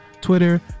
Twitter